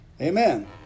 Amen